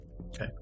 Okay